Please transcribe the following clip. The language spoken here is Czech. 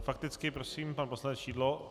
Fakticky prosím pan poslanec Šidlo.